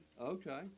Okay